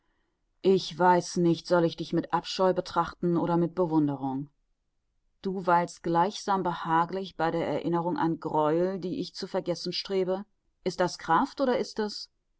ich weiß nicht soll ich dich mit abscheu betrachten oder mit bewunderung du weilst gleichsam behaglich bei der erinnerung an greuel die ich zu vergessen strebe ist das kraft oder ist es